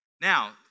Now